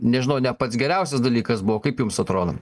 nežinau ne pats geriausias dalykas buvo kaip jums atrodo